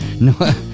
No